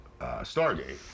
Stargate